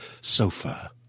Sofa